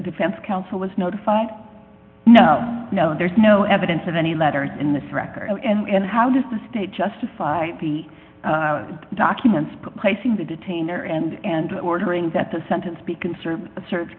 defense counsel was notified no no there's no evidence of any letters in this record and how does the state justify the documents placing the detained there and ordering that the sentence